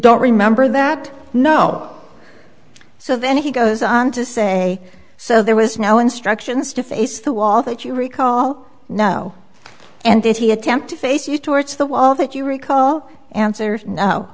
don't remember that no so then he goes on to say so there was no instructions to face the wall that you recall now and did he attempt to face you towards the wall that you recall answered no